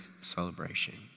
celebration